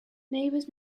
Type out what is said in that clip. neighbors